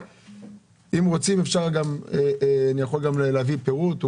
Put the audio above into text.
כל מיני דברים שאם רוצים אני יכול גם להביא פירוט.